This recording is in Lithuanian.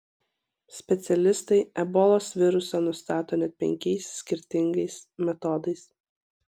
specialistai ebolos virusą nustato net penkiais skirtingais metodais